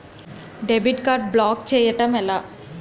Debit card block చేయటం ఎలా?